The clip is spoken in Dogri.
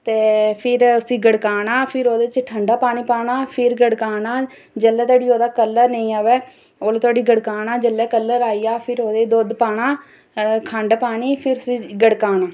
ते फिर उसी गड़काना फिर ओह्दे च ठंडा पानी पाना फिर ओह्दे च गड़काना जेल्लै धोड़ी ओह्दा कलर नेईं आवै उन्ने धोड़ी गड़काना फिर ओह्दे च दुद्ध पाना खंड पानी भी उसी गड़काना